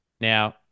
Now